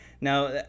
now